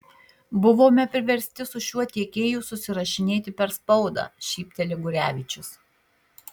buvome priversti su šiuo tiekėju susirašinėti per spaudą šypteli gurevičius